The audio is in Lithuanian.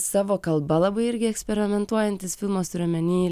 savo kalba labai irgi eksperimentuojantis filmas turiu omeny